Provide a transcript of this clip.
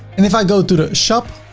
if i go through the shop,